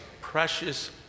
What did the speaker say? precious